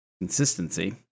consistency